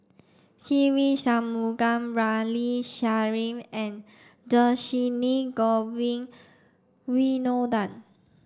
Se Ve Shanmugam Ramli Sarip and Dhershini Govin Winodan